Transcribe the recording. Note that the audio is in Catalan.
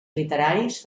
literaris